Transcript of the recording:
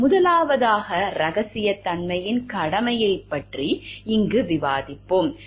முதலாவதாக இரகசியத்தன்மையின் கடமையைப் பற்றி இங்கு விவாதிப்போம்